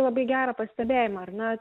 labai gerą pastebėjimą ar ne